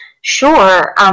Sure